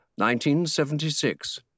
1976